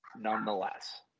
nonetheless